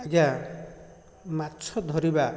ଆଜ୍ଞା ମାଛ ଧରିବା